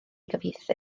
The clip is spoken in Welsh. gyfieithu